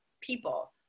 people